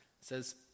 says